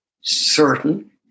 certain